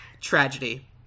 Tragedy